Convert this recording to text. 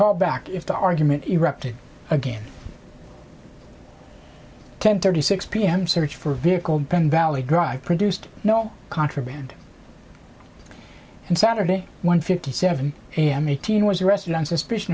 call back if the argument erupted again ten thirty six pm search for a vehicle then valley drive produced no contraband and saturday one fifty seven pm eighteen was arrested on suspicion